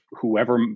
whoever